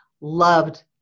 Loved